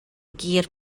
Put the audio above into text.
gur